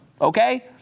Okay